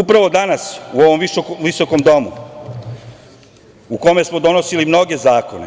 Upravo danas u ovom visokom domu, u kome smo donosili mnoge zakone,